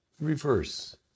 Reverse